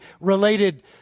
related